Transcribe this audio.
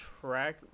track